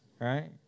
right